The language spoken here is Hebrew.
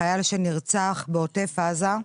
החייל שנרצח בעוטף עזה,